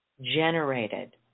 generated